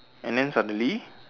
and then suddenly